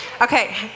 Okay